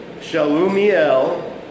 Shalumiel